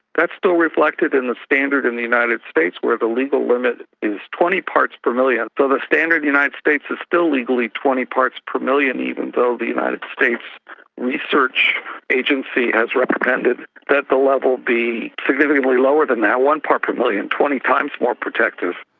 that still reflected in the standard in the united states where the legal limit is twenty parts per million. so the standard in the united states is still legally twenty parts per million, even though the united states research agency has recommended that the level be significantly lower than that, one part per million, twenty times more protective.